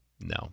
No